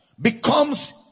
becomes